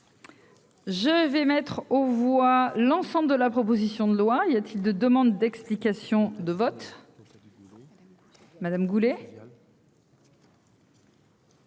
Je vais mettre aux voix l'ensemble de la proposition de loi, il y a-t-il de demandes d'explications de vote. Donc ça, de nouveau.